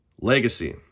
Legacy